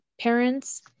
parents